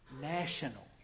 national